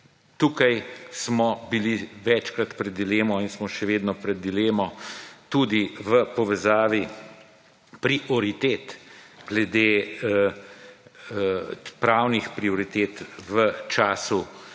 Tukaj smo bili večkrat pred dilemo in smo še vedno pred dilemo tudi v povezavi prioritet glede pravnih prioritet **15.